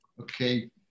Okay